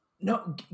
no